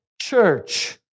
church